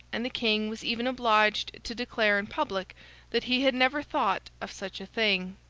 and the king was even obliged to declare in public that he had never thought of such a thing.